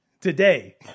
today